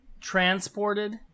Transported